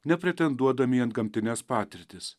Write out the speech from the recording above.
nepretenduodami į antgamtines patirtis